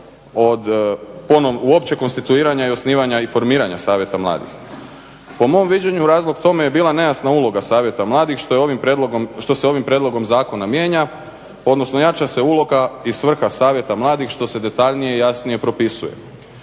od uopće konstituiranja i osnivanja i formiranja Savjeta mladih. Po mom viđenju razlog tome je bila nejasna uloga Savjeta mladih što se ovim prijedlogom zakona mijenja, odnosno jača se uloga i svrha Savjeta mladih što se detaljnije i jasnije propisuje.